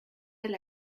del